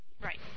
Right